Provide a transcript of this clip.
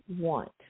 want